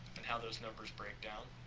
and how those numbers break down.